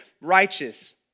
righteous